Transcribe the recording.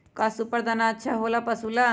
का सुपर दाना अच्छा हो ला पशु ला?